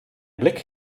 blick